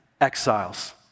exiles